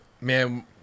man